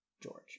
George